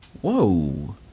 Whoa